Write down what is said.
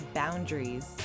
boundaries